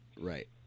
Right